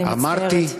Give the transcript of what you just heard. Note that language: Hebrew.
אני מצטערת.